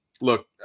look